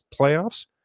playoffs